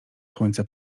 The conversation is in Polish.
słońca